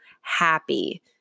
happy